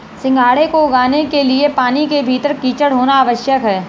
सिंघाड़े को उगाने के लिए पानी के भीतर कीचड़ होना आवश्यक है